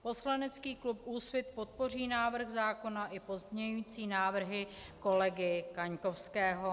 Poslanecký klub Úsvit podpoří návrh zákona i pozměňující návrhy kolegy Kaňkovského.